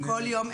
כל יום,